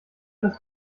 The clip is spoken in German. das